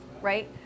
right